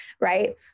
Right